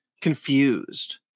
confused